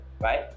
right